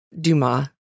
Dumas